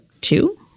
Two